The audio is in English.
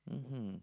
mmhmm